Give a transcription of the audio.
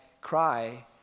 cry